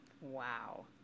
Wow